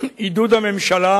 עידוד הממשלה